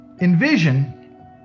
Envision